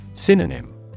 Synonym